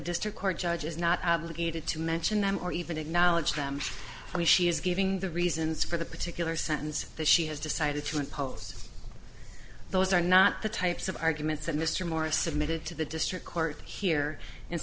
district court judge is not obligated to mention them or even acknowledge them he she is giving the reasons for the particular sentence that she has decided to impose those are not the types of arguments that mr morris submitted to the district court here